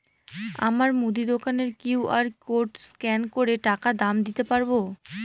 আমার মুদি দোকানের কিউ.আর কোড স্ক্যান করে টাকা দাম দিতে পারব?